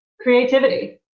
creativity